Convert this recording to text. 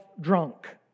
drunk